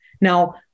Now